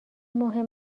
مهم